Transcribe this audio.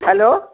hello